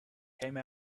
came